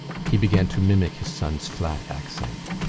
he began to mimic his son's flat accent,